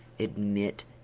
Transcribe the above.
Admit